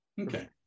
Okay